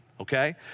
okay